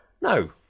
no